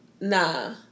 Nah